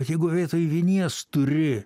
jeigu vietoj vinies turi